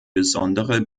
besondere